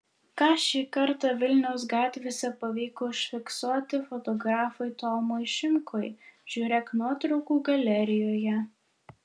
ką šį kartą vilniaus gatvėse pavyko užfiksuoti fotografui tomui šimkui žiūrėk nuotraukų galerijoje